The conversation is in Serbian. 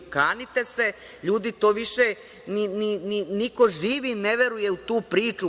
Kanite se ljudi, više niko živi ne veruje u tu priču.